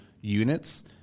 units